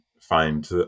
find